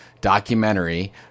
documentary